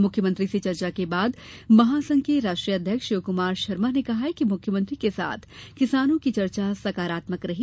मुख्यमंत्री से चर्चा के बाद महासंघ के राष्ट्रीय अध्यक्ष शिवकुमार शर्मा ने कहा कि मुख्यमंत्री के साथ किसानों की चर्चा सकारात्मक रही